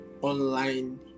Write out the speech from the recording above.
online